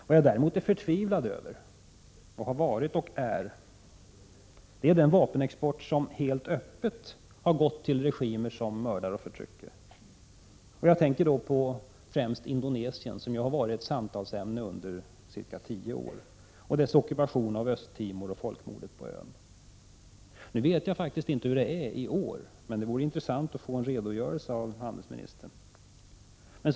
Vad jag däremot är förtvivlad över är att vapenexport helt öppet har gått till regimer som mördar och förtrycker. Jag tänker främst på Indonesien och dess ockupation av Östtimor och folkmordet på ön, som ju har varit ett samtalsämne under ca tio år. Jag vet faktiskt inte hur det är i år, men det vore intressant att få en redogörelse av handelsministern.